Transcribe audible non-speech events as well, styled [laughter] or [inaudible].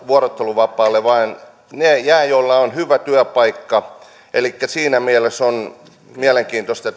vuorotteluvapaalle vaan ne jäävät joilla on hyvä työpaikka elikkä siinä mielessä on mielenkiintoista [unintelligible]